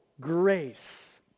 grace